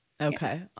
Okay